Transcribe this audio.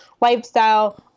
lifestyle